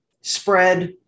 spread